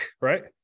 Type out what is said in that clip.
right